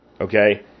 Okay